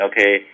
okay